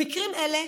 במקרים אלה,